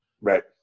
Right